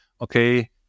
Okay